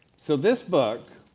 so this book,